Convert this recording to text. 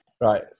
right